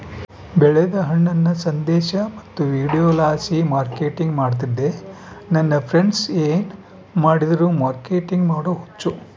ಬೆಳೆದ ಹಣ್ಣನ್ನ ಸಂದೇಶ ಮತ್ತು ವಿಡಿಯೋಲಾಸಿ ಮಾರ್ಕೆಟಿಂಗ್ ಮಾಡ್ತಿದ್ದೆ ನನ್ ಫ್ರೆಂಡ್ಸ ಏನ್ ಮಾಡಿದ್ರು ಮಾರ್ಕೆಟಿಂಗ್ ಮಾಡೋ ಹುಚ್ಚು